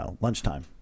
lunchtime